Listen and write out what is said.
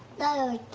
follow